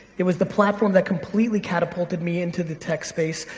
it was the platform that completely catapulted me into the tech space.